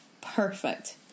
Perfect